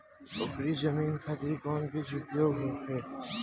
उपरी जमीन खातिर कौन बीज उपयोग होखे?